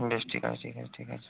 বেশ ঠিক আছে ঠিক আছে ঠিক আছে